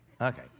Okay